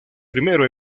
primero